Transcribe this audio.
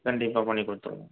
கண்டிப்பாக பண்ணிக் குடுத்துடுவோம்